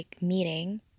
meeting